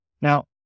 Now